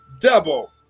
double